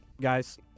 guys